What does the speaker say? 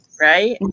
right